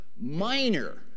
minor